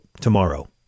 tomorrow